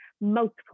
multiple